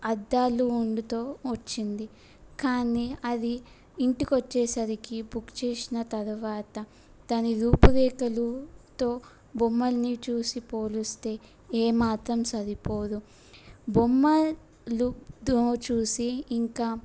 అద్దాలు ఉండి వచ్చింది కానీ అది ఇంటికి వచ్చేసరికి బుక్ చేసిన తర్వాత దాని రూపురేఖలతో బొమ్మలని చూసి పోలిస్తే ఏ మాత్రం సరిపోదు బొమ్మలుతో చూసి ఇంకా